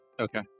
Okay